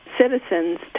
citizens